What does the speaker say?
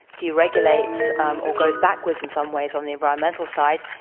deregulates um or goes backwards in some ways, on the environmental side,